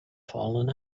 fallen